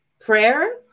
Prayer